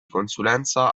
consulenza